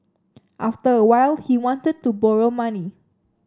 after a while he wanted to borrow money